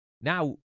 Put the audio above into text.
Now